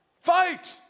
Fight